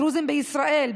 הדרוזים בישראל,